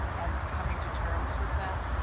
and coming to terms with that.